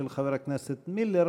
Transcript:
של חבר הכנסת מילר,